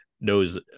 knows